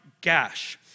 Gash